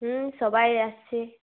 হ্যাঁ সবাই আসছে